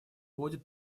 будет